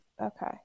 Okay